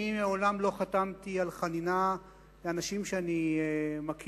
אני מעולם לא חתמתי על בקשה לחנינה לאנשים שאני מכיר,